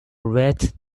red